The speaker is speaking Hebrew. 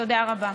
תודה רבה.